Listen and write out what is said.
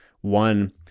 one